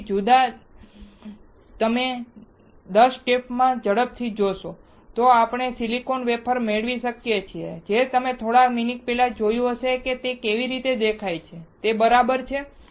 તેથી જો તમે 10 જુદા જુદા સ્ટેપમાં ઝડપથી જોશો તો આપણે સિલિકોન વેફર મેળવી શકીએ છીએ જે તમે થોડા મિનિટ પહેલાં જોયું હશે તે કેવી દેખાય છે તે બરાબર છે